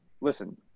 listen